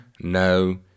No